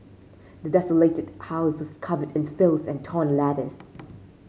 the desolated house was covered in filth and torn letters